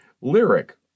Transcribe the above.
Lyric